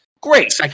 Great